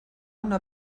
una